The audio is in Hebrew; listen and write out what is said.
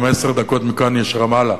15 דקות מכאן יש רמאללה,